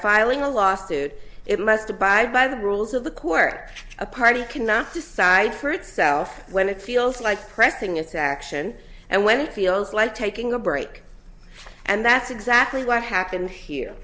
filing a lawsuit it must abide by the rules of the quirk a party cannot decide for itself when it feels like pressing its action and when it feels like taking a break and that's exactly what happened here